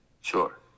Sure